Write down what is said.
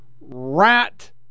rat